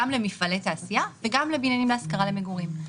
גם למפעלי תעשייה וגם לבניינים להשכרה למגורים.